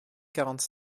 quarante